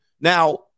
Now